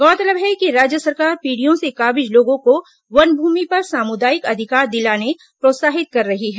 गौरतलब है कि राज्य सरकार पीढ़ियों से काबिज लोगों को वन भूमि पर सामुदायिक अधिकार दिलाने प्रोत्साहित कर रही है